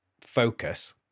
focus